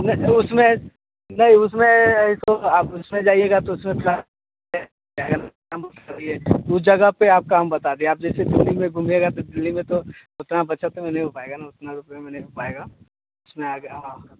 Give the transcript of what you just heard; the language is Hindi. नहीं उसमें नहीं उसमें ऐसो तो आप उसमें जाइएगा तो उस जगह पे आपका हम बता दें आप जैसे दिल्ली में घूमिएगा तो दिल्ली में तो उतना बचत में नहीं हो पाएगा ना उतना रुपय में नहीं हो पाएगा उसमें आगे हाँ